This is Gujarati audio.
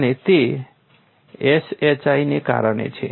અને તે Sih ને કારણે છે